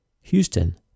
Houston